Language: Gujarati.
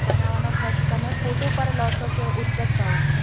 બનાવવાનો ખર્ચ તમે ફૂટ ઉપર લો છો કે ઉચ્ચક ભાવથી